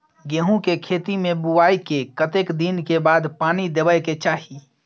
गेहूँ के खेती मे बुआई के कतेक दिन के बाद पानी देबै के चाही?